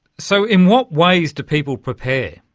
so in what ways do people prepare?